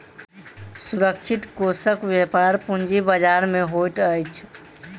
सुरक्षित कोषक व्यापार पूंजी बजार में होइत अछि